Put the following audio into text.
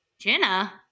Jenna